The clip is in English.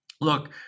look